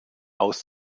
aus